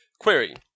Query